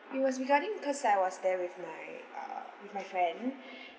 it was regarding because I was there with my uh with my friend